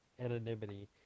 Anonymity